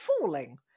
Falling